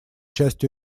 частью